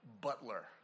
butler